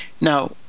now